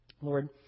Lord